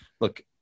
look